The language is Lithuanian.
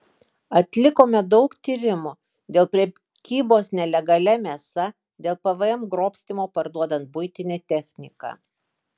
atlikome daug tyrimų dėl prekybos nelegalia mėsa dėl pvm grobstymo parduodant buitinę techniką